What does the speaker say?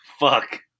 fuck